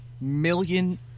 million